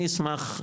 אני אשמח,